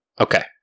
Okay